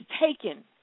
taken